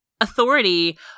authority